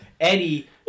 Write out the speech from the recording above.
Eddie